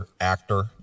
actor